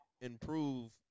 improve